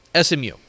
SMU